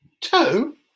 Two